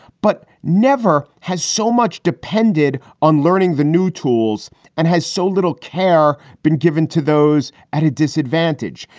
but never has so much depended on learning the new tools and has so little care been given to those at a disadvantage.